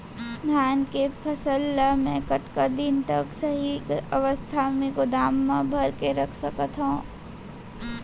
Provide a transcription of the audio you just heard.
धान के फसल ला मै कतका दिन तक सही अवस्था में गोदाम मा भर के रख सकत हव?